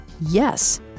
Yes